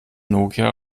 nokia